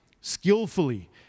skillfully